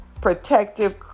protective